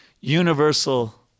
universal